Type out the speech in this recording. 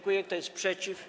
Kto jest przeciw?